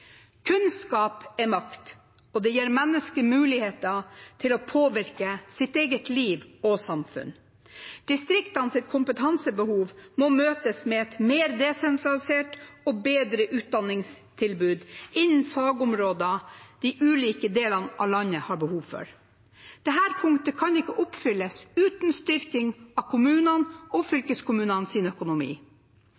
Kunnskap er makt, og det gir mennesker mulighet til å påvirke sitt eget liv og samfunn. Distriktenes kompetansebehov må møtes med et mer desentralisert og bedre utdanningstilbud innen fagområder de ulike delene av landet har behov for. Dette punktet kan ikke oppfylles uten en styrking av kommunenes og